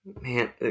Man